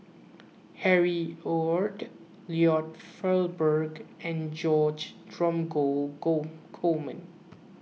Harry Ord Lloyd Valberg and George Dromgold Coleman